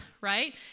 right